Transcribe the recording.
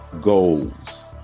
goals